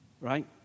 right